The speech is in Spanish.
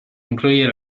incluye